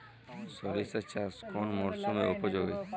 সরিষা চাষ কোন মরশুমে উপযোগী?